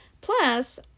plus